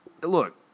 Look